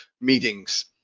meetings